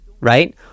Right